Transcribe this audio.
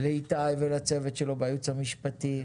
לאיתי ולצוות שלו בייעוץ המשפטי,